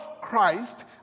Christ